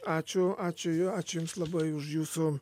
ačiū ačiū ačiū jums labai už jūsų